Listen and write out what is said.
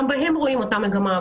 גם בהם רואים אותה מגמה,